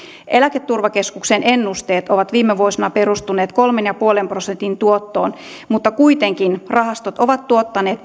eläketurvakeskuksen ennusteet ovat viime vuosina perustuneet kolmen pilkku viiden prosentin tuottoon mutta kuitenkin rahastot ovat tuottaneet